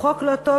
הוא חוק לא טוב,